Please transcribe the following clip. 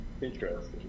Interesting